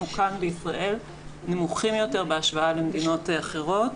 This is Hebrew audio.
כאן בישראל נמוכים יותר בהשוואה למדינות אחרות.